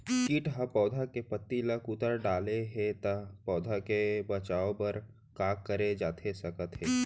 किट ह पौधा के पत्ती का कुतर डाले हे ता पौधा के बचाओ बर का करे जाथे सकत हे?